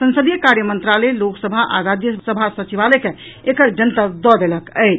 संसदीय कार्य मंत्रालय लोकसभा आ राज्यसभा सचिवालय के एकर जनतब दऽ देलक अछि